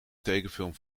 tekenfilm